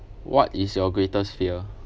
what is your greatest fear